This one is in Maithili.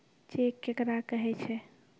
चेक केकरा कहै छै?